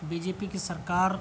be J P کی سرکار